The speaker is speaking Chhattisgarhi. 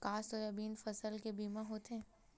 का सोयाबीन फसल के बीमा होथे?